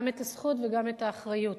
גם את הזכות וגם את האחריות.